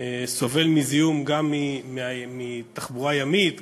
סובלת מזיהום גם מתחבורה ימית,